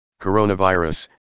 Coronavirus